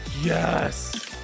Yes